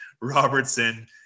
Robertson